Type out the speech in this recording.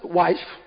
wife